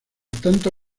tanto